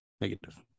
Negative